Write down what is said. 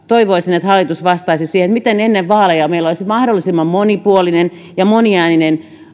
toivoisin että hallitus vastaisi siihen miten ennen vaaleja meillä olisi mahdollisimman monipuolinen ja moniääninen